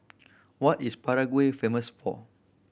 what is Prague famous for